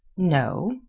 no.